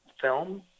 film